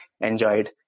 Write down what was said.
enjoyed